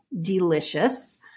delicious